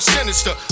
Sinister